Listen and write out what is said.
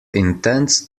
intends